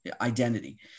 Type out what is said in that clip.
identity